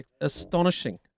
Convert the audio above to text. Astonishing